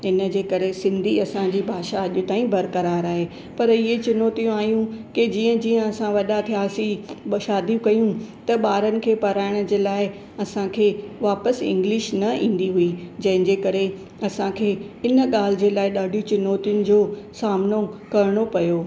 इनजे करे सिंधी असांजी भाषा अॼु ताईं बर्क़रार आहे पर इहे चुनौतियूं आहियूं की जीअं जीअं असां वॾा थियासीं ॿ शादियूं कयूं त ॿारनि खे पढ़ाइण जे लाइ असांखे वापसि इंग्लिश न ईंदी हुई जंहिंजे करे असांखे हिन ॻाल्हि जे लाइ ॾाढी चुनौतियुनि जो सामनो करिणो पयो